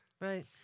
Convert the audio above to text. Right